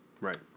Right